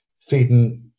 feeding